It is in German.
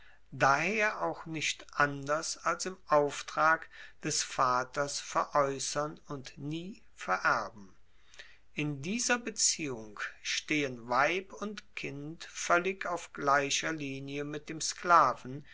daher auch nicht anders als im auftrag des vaters veraeussern und nie vererben in dieser beziehung stehen weib und kind voellig auf gleicher linie mit dem sklaven